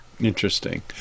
Interesting